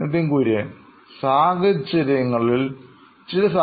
നിതിൻ കുര്യൻ സിഒഒനോയിൻ ഇലക്ട്രോണിക്സ്